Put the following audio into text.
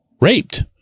raped